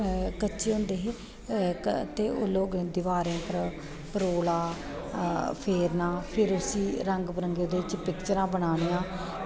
कच्चे होंदे हे ते ओह् लोग दिवारें उप्पर परोला फेरना फिर उसी रंग बिरंगियां पिक्चरां बनानियां